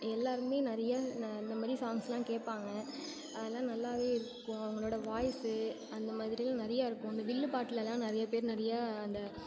எல்லாரும் நிறையா இந்த மாதிரி சாங்ஸ்லாம் கேட்பாங்க அதெல்லாம் நல்லாவே இருக்கும் அவங்களோட வாய்ஸு அந்த மாதிரில்லாம் நிறைய இருக்கும் அந்த வில்லுப்பாட்டுலல்லாம் நிறையப்பேர் நிறையா அந்த